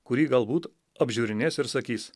kurį galbūt apžiūrinės ir sakys